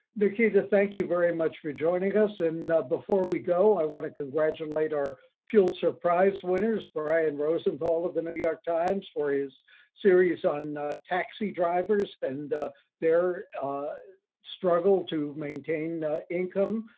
nikita, thank you very much for joining us. and before we go, i want to congratulate our pulitzer prize winners, brian rosenthal of the new york times or his series on taxi drivers and their struggle to maintain income.